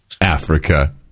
Africa